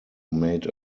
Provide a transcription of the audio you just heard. made